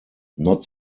not